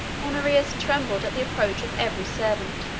honorius trembled at the approach of every servant,